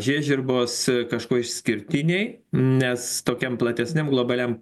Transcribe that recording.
žiežirbos kažkuo išskirtiniai nes tokiam platesniam globaliam